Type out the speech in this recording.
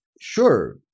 sure